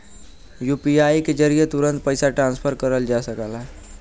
UPI के जरिये तुरंत पइसा ट्रांसफर करल जा सकला